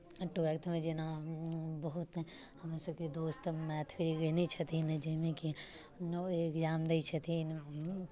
ट्वेल्थमे जेना बहुत हमरा सबके दोस्त मैथिली लेने छथिन जाहिमे कि नओ एग्जाम दै छथिन